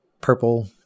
purple